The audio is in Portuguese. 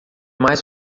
mais